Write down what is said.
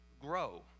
grow